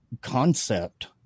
concept